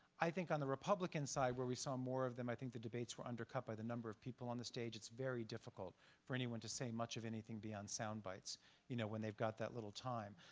i think on the republican side where we saw more of them i think the debates were undercut by the number of people on the stage. it's very difficult for anyone to say much of anything beyond sound bites you know when they've got that little time.